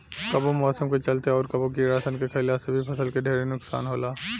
कबो मौसम के चलते, अउर कबो कीड़ा सन के खईला से भी फसल के ढेरे नुकसान होला